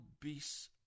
beasts